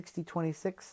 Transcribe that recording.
6026